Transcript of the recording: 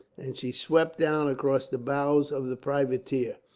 and she swept down across the bows of the privateer.